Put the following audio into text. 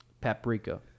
paprika